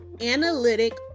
analytic